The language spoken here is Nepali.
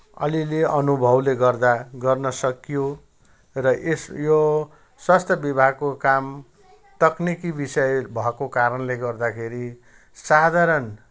अलिअलि अनुभवले गर्दा गर्न सकियो र यस यो स्वास्थ्य विभागको काम तकनिकी विषय भएको कारणले गर्दाखेरि साधारण